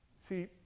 See